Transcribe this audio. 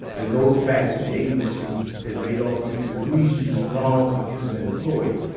that goes back to the agencies that made all these egregious wrongs against their employee,